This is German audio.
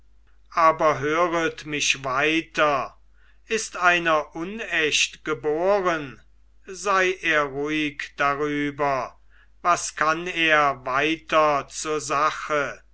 aber höret mich weiter ist einer unecht geboren sei er ruhig darüber was kann er weiter zur sache